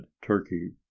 Turkey